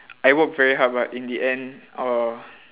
I work very hard but in the end uh